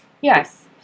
Yes